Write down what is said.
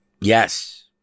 Yes